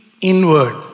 inward